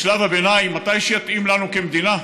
בשלב הביניים, מתי שיתאים לנו כמדינה,